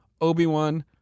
Obi-Wan